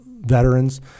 veterans